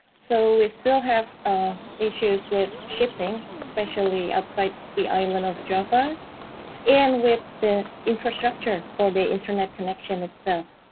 so we still have issues with shipping especially outside the island of java and with the infrastructure for the internet connection itself.